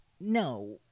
No